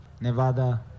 Nevada